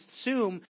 assume